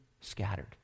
scattered